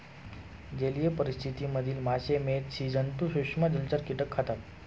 जलीय परिस्थिति मधील मासे, मेध, स्सि जन्तु, सूक्ष्म जलचर, कीटक खातात